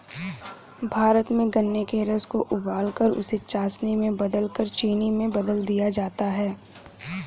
भारत में गन्ने के रस को उबालकर उसे चासनी में बदलकर चीनी में बदल दिया जाता है